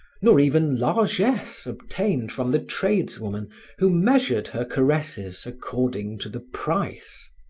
nor even largess obtained from the tradeswoman who measured her caresses according to the price.